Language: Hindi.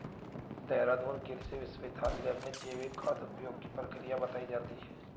देहरादून कृषि विश्वविद्यालय में जैविक खाद उपयोग की प्रक्रिया बताई जाती है